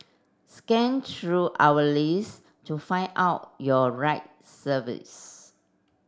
scan through our list to find out your right service